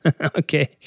Okay